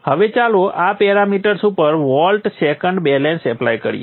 હવે ચાલો આ પેરામીટર્સ ઉપર વોલ્ટ સેકન્ડ બેલેન્સ એપ્લાય કરીએ